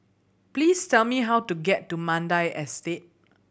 please tell me how to get to Mandai Estate